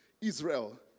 Israel